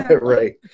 Right